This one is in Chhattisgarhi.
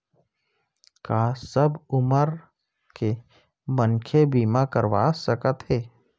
का सब उमर के मनखे बीमा करवा सकथे?